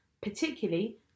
particularly